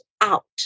out